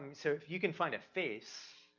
um so, if you can find a face,